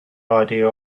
idea